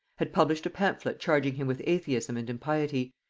had published a pamphlet charging him with atheism and impiety,